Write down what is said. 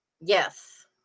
Yes